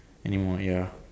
anymore ya